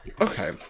okay